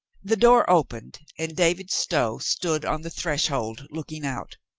the door opened and david stow stood on the threshold looking out.